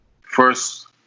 first